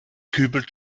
kübelt